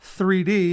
3d